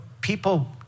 people